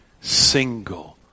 single